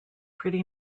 pretty